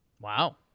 Wow